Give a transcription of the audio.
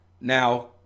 now